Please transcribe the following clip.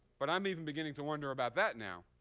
but i'm even beginning to wonder about that now,